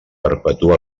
perpetua